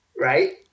right